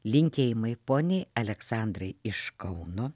linkėjimai poniai aleksandrai iš kauno